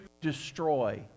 destroy